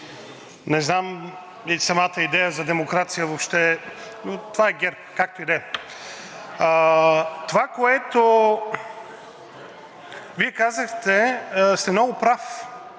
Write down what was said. Не знам, самата идея за демокрация въобще, това е ГЕРБ – както и да е. Това, което Вие казахте, сте много прав,